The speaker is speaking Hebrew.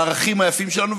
לערכים היפים שלנו,